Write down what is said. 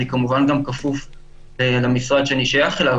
אני כמובן גם כפוף למשרד שאני שייך אליו,